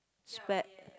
spare